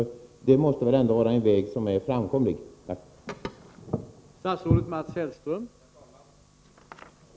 Det måste väl ändå vara en framkomlig väg?